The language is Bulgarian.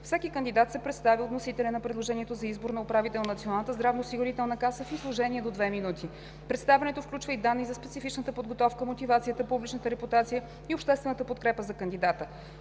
Всеки кандидат се представя от вносителя на предложението за избор на управител на Националната здравноосигурителна каса в изложение до две минути. Представянето включва и данни за специфичната подготовка, мотивацията, публичната репутация и обществената подкрепа за кандидата.